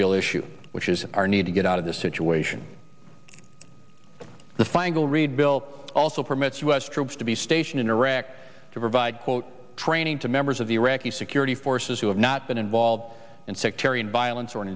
real issue which is our need to get out of this situation the final read bill also permits us troops to be stationed in iraq to provide quote training to members of the iraqi security forces who have not been involved in sectarian violence or